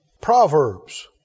Proverbs